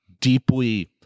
deeply